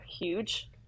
huge